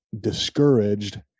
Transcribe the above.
discouraged